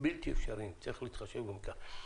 בלתי אפשריים, צריך להתחשב גם כאן.